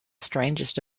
strangest